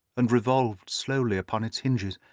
and revolved slowly upon its hinges.